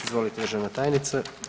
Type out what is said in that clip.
Izvolite državna tajnice.